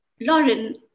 Lauren